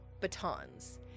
batons